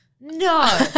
No